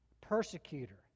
persecutor